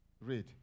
read